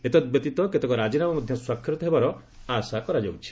ଏତଦ୍ବ୍ୟତୀତ କେତେକ ରାଜିନାମା ମଧ୍ୟ ସ୍ୱାକ୍ଷରିତ ହେବାର ଆଶା କରାଯାଉଛି